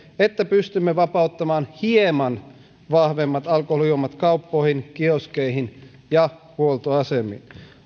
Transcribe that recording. että pystymme vapauttamaan hieman vahvemmat alkoholijuomat kauppoihin kioskeihin ja huoltoasemiin